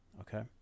Okay